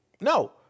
no